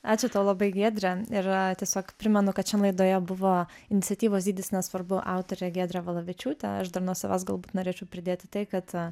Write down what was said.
ačiū tau labai giedre ir a tiesiog primenu kad šiandien laidoje buvo iniciatyvos dydis nesvarbu autorė giedrė valavičiūtė aš dar nuo savęs galbūt norėčiau pridėti tai kad